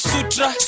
Sutra